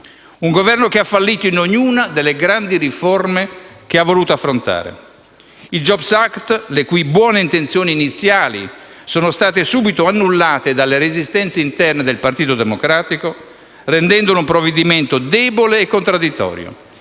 Un Governo che ha fallito in ognuna delle grandi riforme che ha voluto affrontare. Ad esempio, il *jobs act*, le cui buone intenzioni iniziali sono state subito annullate dalle resistenze interne al Partito Democratico, rendendolo un provvedimento debole e contradditorio,